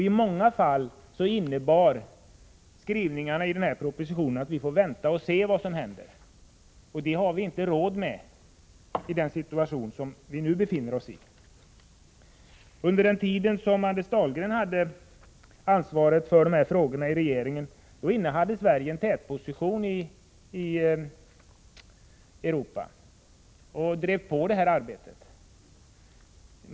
I många fall innebar skrivningarna i propositionen att vi får vänta och se vad som händer. Det har vi inte råd med i den situation som vi nu befinner oss i. Under den tid då Anders Dahlgren hade ansvaret för dessa frågor i regeringen intog Sverige en tätposition i Europa och drev på arbetet.